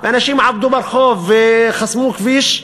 ואנשים עמדו ברחוב וחסמו כביש,